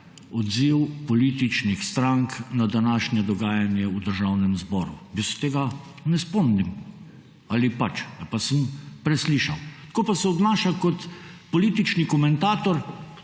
odziv političnih strank na današnje dogajanje v Državnem zboru. Jaz se tega ne spomnim. Ali pač? Ali pa sem preslišal. Tako pa se obnaša kot politični komentator,